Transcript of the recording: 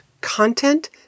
content